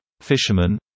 fisherman